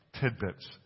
tidbits